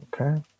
Okay